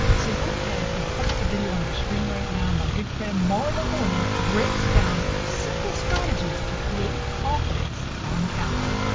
so go ahead and click the video on your screen right now. my good friend molly mahoney breaks down simple strategies to create confidence on camera.